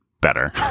better